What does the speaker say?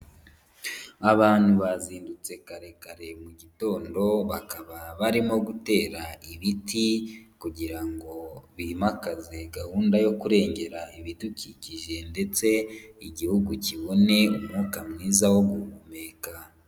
Abantu bazindutse kare kare mu gitondo, bakaba barimo gutera ibiti kugira bimakaze gahunda yo kurengera ibidukikije ndetse igihugu kibone umwuka mwiza wo guhumeka.